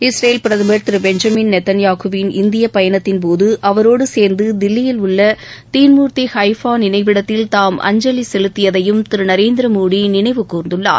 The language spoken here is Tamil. இஸ்ரேல் பிரதமர் திரு பெஞ்சமின் நேத்தள்யாஹுவின் இந்திய பயணத்தின்போது அவரோடு சேர்ந்து தில்லியில் உள்ள தீன்மூர்த்தி னைஃபா நினைவிடத்தில் தாம் அஞ்சலி செலுத்தியதையும் திரு நரேந்திரமோடி நினைவு கூர்ந்துள்ளார்